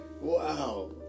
wow